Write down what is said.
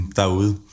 derude